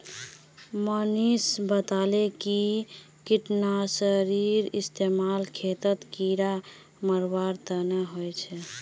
मनीष बताले कि कीटनाशीर इस्तेमाल खेतत कीड़ा मारवार तने ह छे